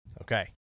Okay